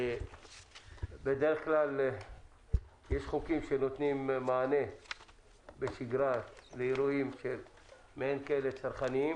בדרך כלל יש חוקים שנותנים מענה בשגרה לאירועים צרכניים כאלה,